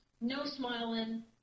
no-smiling